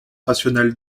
rationnelle